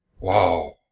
Wow